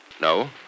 No